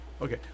Okay